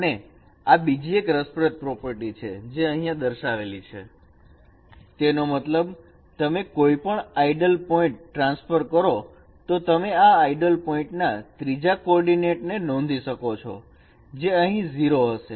અને આ બીજી એક રસપ્રદ પ્રોપર્ટી છે જે અહીંયા દર્શાવેલ છે તેનો મતલબ તમે કોઈપણ આઇડલ પોઇન્ટ ટ્રાન્સફર કરો તો તમે આ આઇડલ પોઇન્ટ ના ત્રીજા કોર્ડીનેટ ને નોંધી શકો છો જે અહીં 0 હશે